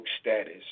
status